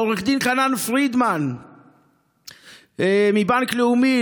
לעו"ד חנן פרידמן מבנק לאומי,